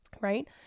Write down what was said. right